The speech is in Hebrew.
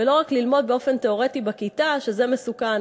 ולא רק ללמוד באופן תיאורטי בכיתה שזה מסוכן.